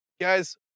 Guys